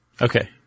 Okay